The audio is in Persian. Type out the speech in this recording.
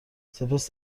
سپس